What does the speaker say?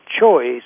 choice